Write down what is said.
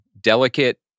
delicate